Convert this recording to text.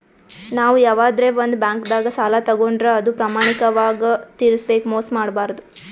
ನಾವ್ ಯವಾದ್ರೆ ಒಂದ್ ಬ್ಯಾಂಕ್ದಾಗ್ ಸಾಲ ತಗೋಂಡ್ರ್ ಅದು ಪ್ರಾಮಾಣಿಕವಾಗ್ ತಿರ್ಸ್ಬೇಕ್ ಮೋಸ್ ಮಾಡ್ಬಾರ್ದು